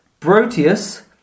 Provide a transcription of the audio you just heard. Brotius